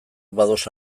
bados